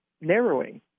narrowing